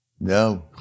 No